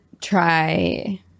try